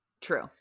true